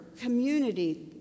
community